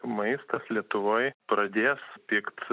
maistas lietuvoj pradės pigt